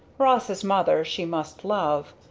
ross's mother she must love.